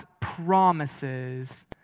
promises